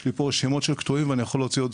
יש לי שמות של קטועים ואני יכול להוציא עוד